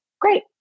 Great